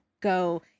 go